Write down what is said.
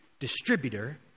Distributor